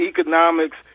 economics